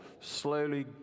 slowly